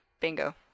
Bingo